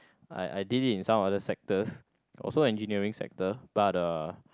I I did it in some other sectors also engineering sector but uh